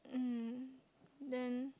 um then